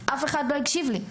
אף אחד לא הקשיב לי.